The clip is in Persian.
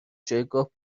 جایگاه